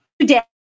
today